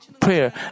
prayer